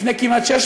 כנראה שאלת